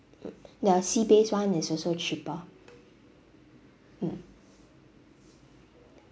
the sea-based [one] is also cheaper mm